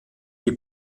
die